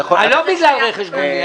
לא בגלל רכש הגומלין?